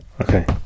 Okay